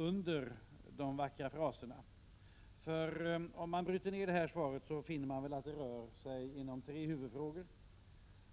Om man nämligen bryter ned detta svar, finner man att det rör sig inom tre huvudfrågor,